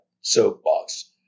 soapbox